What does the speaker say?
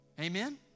Amen